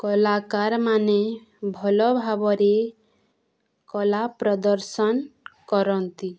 କଳାକାରମାନେ ଭଲ ଭାବରେ କଳା ପ୍ରଦର୍ଶନ କରନ୍ତି